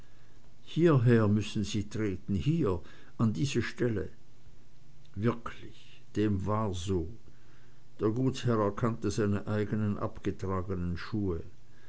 hierher müssen sie treten hierher an diese stelle wirklich dem war so der gutsherr erkannte seine eigenen abgetragenen schuhe